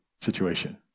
situation